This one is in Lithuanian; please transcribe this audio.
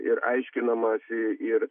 ir aiškinamasi ir